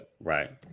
Right